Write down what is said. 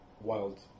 wild